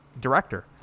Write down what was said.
director